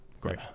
great